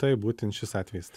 taip būtent šis atvejis